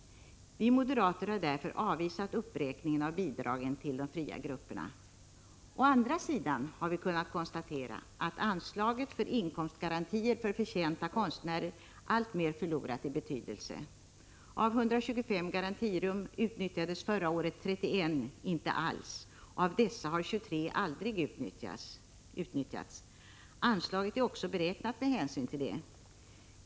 Vi moderater har därför avvisat förslaget om en uppräkning av bidragen till fria grupper. Å andra sidan har vi kunnat konstatera att anslaget för inkomstgarantier för förtjänta konstnärer alltmer förlorat i betydelse. Av 125 garantirum utnyttjades förra året 31 inte alls, och av dessa har 23 aldrig unyttjats. Anslaget är också beräknat med hänsyn till det.